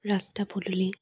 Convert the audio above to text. ৰাস্তা পদুলি